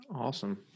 Awesome